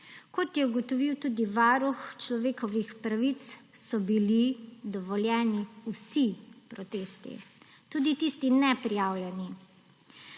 Kot je ugotovil tudi Varuh človekovih pravic, so bili dovoljeni vsi protesti, tudi tisti neprijavljeni.